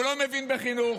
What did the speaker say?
הוא לא מבין בחינוך.